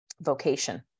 vocation